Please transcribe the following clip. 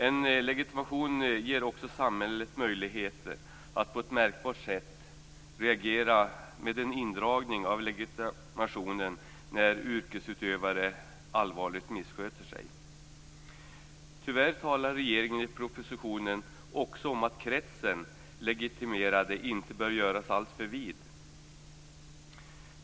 En legitimation ger också samhället möjlighet att på ett märkbart sätt reagera med en indragning av legitimationen när yrkesutövare allvarligt missköter sig. Tyvärr talar regeringen i propositionen också om att kretsen legitimerade inte bör göras alltför vid.